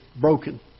broken